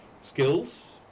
skills